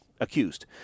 accused